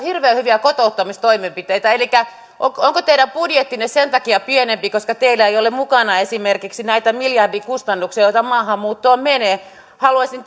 hirveän hyviä kotouttamistoimenpiteitä ja nyt minä haluaisin kysyä onko teidän budjettinne sen takia pienempi koska teillä ei ole mukana esimerkiksi näitä miljardikustannuksia joita maahanmuuttoon menee haluaisin